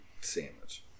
sandwich